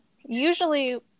usually